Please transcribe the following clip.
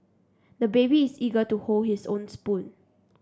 the baby is eager to hold his own spoon